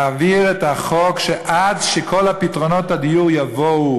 להעביר את החוק כך שעד שכל פתרונות הדיור יעלו,